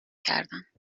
کردند